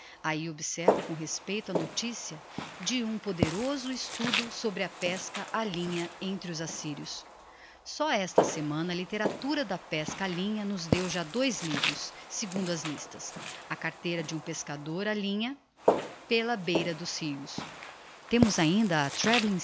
ahi observo com respeito a noticia de um ponderoso estudo sobre a pesca á linha entre os assyrios só esta semana a litteratura da pesca á linha nos deu já dois livros segundo as listas a carteira de um pescador á linha pela beira dos rios temos ainda